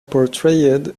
portrayed